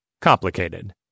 complicated